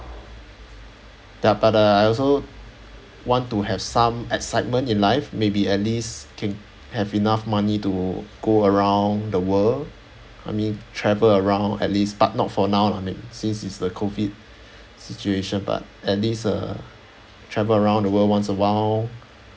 ya but uh I also want to have some excitement in life maybe at least can have enough money to go around the world I mean travel around at least but not for now lah since it's the COVID situation but at least uh travel around the world once a while